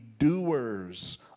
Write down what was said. doers